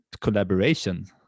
collaboration